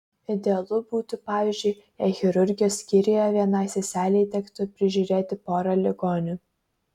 idealu būtų pavyzdžiui jei chirurgijos skyriuje vienai seselei tektų prižiūrėti porą ligonių